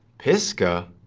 pisgah?